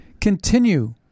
continue